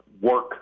work